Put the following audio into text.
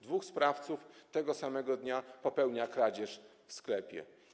Dwóch sprawców tego samego dnia popełnia kradzież w sklepie.